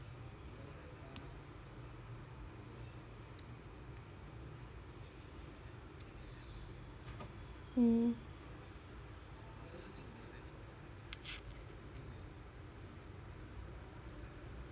mm